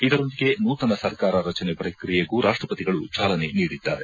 ಇದರೊಂದಿಗೆ ನೂತನ ಸರ್ಕಾರ ರಚನೆ ಪ್ರಕ್ರಿಯೆಗೂ ರಾಷ್ಟಪತಿಗಳು ಚಾಲನೆ ನೀಡಲಿದ್ದಾರೆ